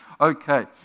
Okay